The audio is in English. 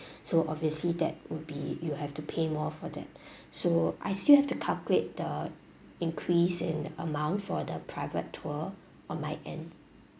so obviously that would be you have to pay more for that so I still have to calculate the increase in amount for the private tour on my end